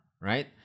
right